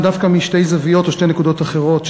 דווקא משתי זוויות או שתי נקודות אחרות,